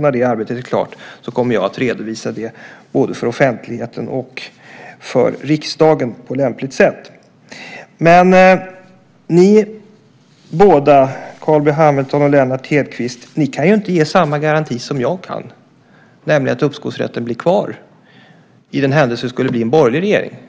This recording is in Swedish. När det arbetet är klart kommer jag att på lämpligt sätt redovisa det för både offentligheten och riksdagen. Carl B Hamilton och Lennart Hedquist kan inte ge samma garanti som jag kan, nämligen att uppskovsrätten blir kvar i den händelse det blir en borgerlig regering.